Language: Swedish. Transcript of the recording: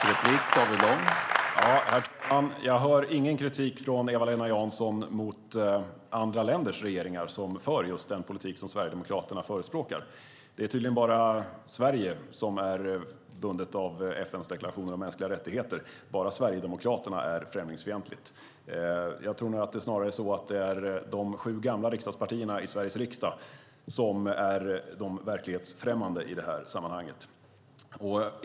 Herr talman! Jag hör ingen kritik från Eva-Lena Jansson mot andra länders regeringar som för just den politik som Sverigedemokraterna förespråkar. Det är tydligen bara Sverige som är bundet av FN:s deklaration om mänskliga rättigheter, och det är bara Sverigedemokraterna som är främlingsfientligt. Men det är snarare så att det är de sju gamla riksdagspartierna i Sveriges riksdag som är verklighetsfrämmande i detta sammanhang.